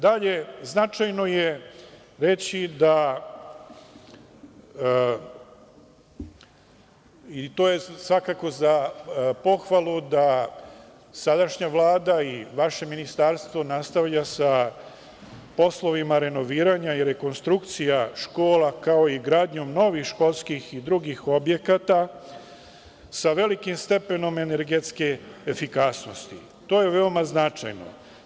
Dalje, značajno je reći, to je svakako za pohvalu, da sadašnja Vlada i vaše ministarstvo nastavlja sa poslovima renoviranja i rekonstrukcije škola, kao i gradnjom novih školskih i drugih objekata, sa velikim stepenom energetske efikasnosti, to je veoma značajno.